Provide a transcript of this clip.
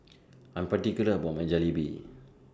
I'm particular about My Jalebi